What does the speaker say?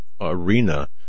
arena